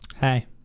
Hey